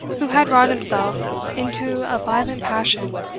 who had wrought himself into a violent passion,